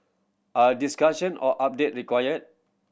are discussion or update required